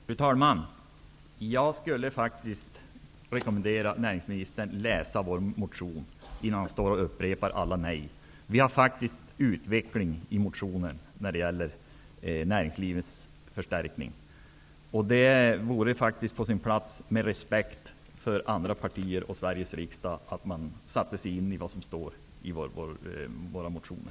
Fru talman! Jag skulle faktiskt vilja rekommendera näringsministern att läsa vår motion på området innan han upprepar alla nej. Vi talar faktiskt om utveckling i vår motion när det gäller förstärkningen av näringslivet. Det vore på sin plats att visa respekt för andra partier och för Sveriges riksdag genom att sätta sig in i vad som sägs i våra motioner.